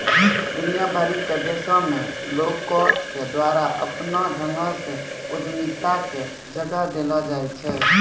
दुनिया भरि के देशो मे लोको के द्वारा अपनो ढंगो से उद्यमिता के जगह देलो जाय छै